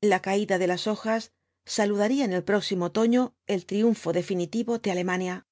la caída de las hojas saludaría en el próximo otoño el triunfo definitivo de alemania